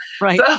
Right